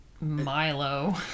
Milo